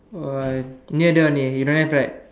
uh near there only you don't have right